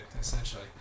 essentially